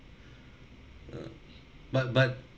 uh but but